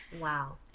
Wow